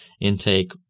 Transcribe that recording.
intake